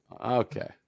Okay